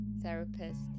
therapist